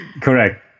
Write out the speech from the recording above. Correct